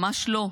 ממש לא.